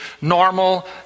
normal